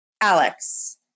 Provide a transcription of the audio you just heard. Alex